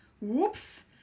whoops